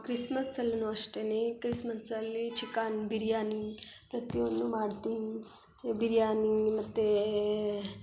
ಕ್ರಿಸ್ಮಸಲ್ಲೂ ಅಷ್ಟೇ ಕ್ರಿಸ್ಮಸಲ್ಲಿ ಚಿಕನ್ ಬಿರ್ಯಾನಿ ಪ್ರತಿಯೊಂದು ಮಾಡ್ತೀವಿ ಬಿರ್ಯಾನಿ ಮತ್ತು